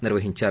నిర్వహించారు